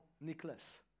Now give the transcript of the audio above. Nicholas